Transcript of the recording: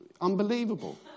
unbelievable